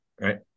right